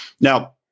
now